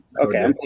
Okay